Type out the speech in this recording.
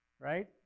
Right